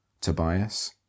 Tobias